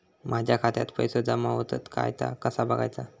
माझ्या खात्यात पैसो जमा होतत काय ता कसा बगायचा?